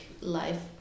life